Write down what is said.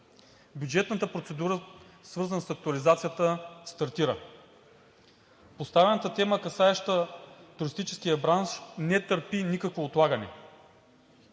бюджетната процедура, свързана с актуализацията. Поставената тема, касаеща туристическия бранш, не търпи никакво отлагане,